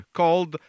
called